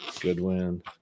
Goodwin